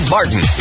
Martin